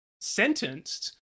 sentenced